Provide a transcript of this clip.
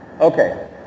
Okay